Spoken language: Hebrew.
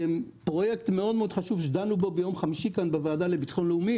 שהם פרויקט מאוד מאוד חשוב שדנו בו ביום חמישי בוועדה לביטחון לאומי